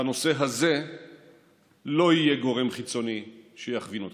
בנושא הזה לא יהיה גורם חיצוני שיכווין אותך.